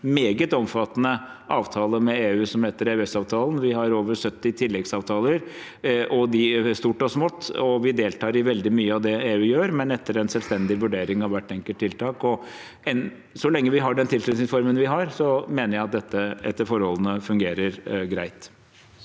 vi har en meget omfattende avtale med EU som heter EØS-avtalen, vi har over 70 tilleggsavtaler, stort og smått, og vi deltar i veldig mye av det EU gjør, men etter en selvstendig vurdering av hvert enkelt tiltak. Så lenge vi har den tilknytningsformen vi har, mener jeg at dette etter forholdene fungerer greit.